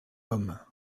homme